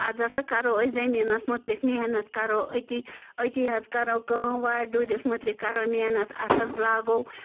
آز ہسا کَرَو أسۍ زٔمیٖنَس متعلِق محنت کرو أتی أتی حظ کَرو کٲم وارِ ڈوٗرِس مُتعلِق کَرو محنت اَتھ حظ لاگو